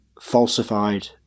falsified